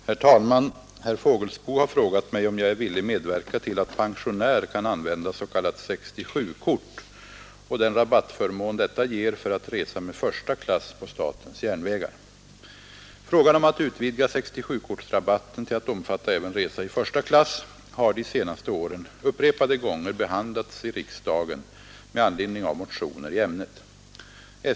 Herr talman! Herr Fågelsbo har frågat mig om jag är villig medverka till att pensionär kan använda s.k. 67-kort och den rabattförmån detta ger för att resa med första klass på statens järnvägar. Frågan om att utvidga 67-kortsrabatten till att omfatta även resa i första klass har de senaste åren upprepade gånger behandlats i riksdagen med anledning av motioner i ämnet.